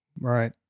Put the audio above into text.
Right